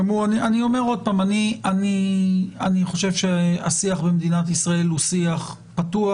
אני חושב שהשיח במדינת ישראל הוא שיח פתוח,